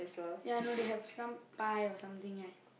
ya no they have some pie or something right